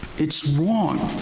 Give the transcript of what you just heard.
it's wrong,